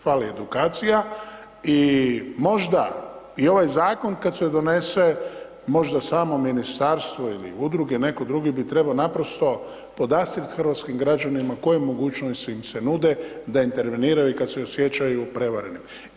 Fali edukacija i možda i ovaj zakon kad se donese, možda samo ministarstvo ili udruge, netko drugi bi trebao naprosto podastrijeti hrvatskim građanima koje mogućnosti im se nude da interveniraju i kad se osjećaju prevarenima.